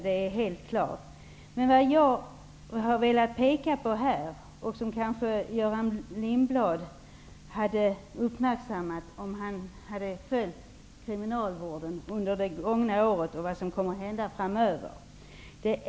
Jag vill peka på att det inte har gått att differentiera. Det hade kanske Göran Lindblad uppmärksammat om han hade följt utvecklingen av kriminalvården under de gångna åren och vad som kommer att hända framöver.